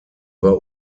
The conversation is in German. war